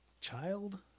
Child